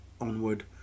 onward